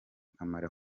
akamaro